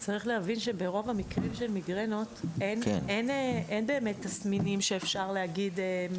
צריך להבין שברוב המקרים של מיגרנות אין באמת תסמינים שאפשר להגיד,